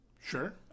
Sure